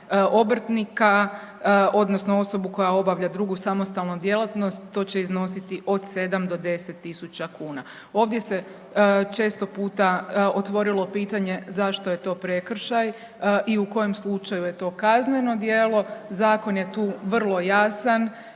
obrtnika odnosno osobu koja obavlja drugu samostalnu djelatnost to će iznositi od 7 do 10.000 kuna. Ovdje se često puta otvorilo pitanje zašto je to prekršaj i u kojem slučaju je to kazneno djelo. Zakon je tu vrlo jasan